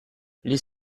les